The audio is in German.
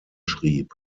schrieb